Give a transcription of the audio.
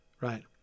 right